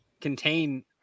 contain